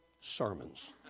sermons